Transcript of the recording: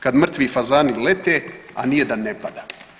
Kad mrtvi fazani lete, a nijedan ne pada.